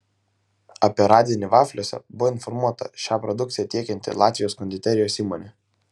apie radinį vafliuose buvo informuota šią produkciją tiekianti latvijos konditerijos įmonė